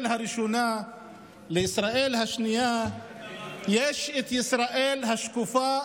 הראשונה לישראל השנייה יש את ישראל השנייה השקופה,